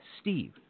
Steve